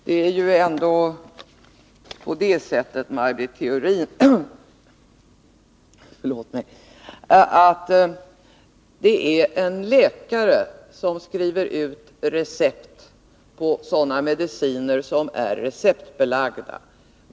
Herr talman! Det är läkare som skriver ut recept på mediciner som är receptbelagda, Maj Britt Theorin.